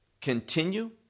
continue